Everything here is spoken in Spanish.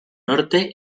norte